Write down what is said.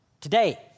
Today